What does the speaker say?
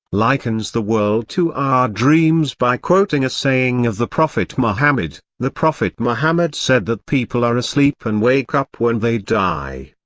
likens the world to our dreams by quoting a saying of the prophet muhammad the prophet muhammad said that people are asleep and wake up when they die.